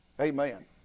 Amen